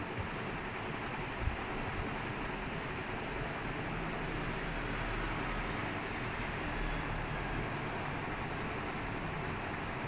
ya because four hours talking comparatively four hours of talking is equalvent to three hours of transcribing transcribing is easier